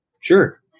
sure